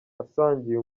asangiye